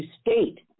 state